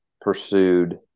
pursued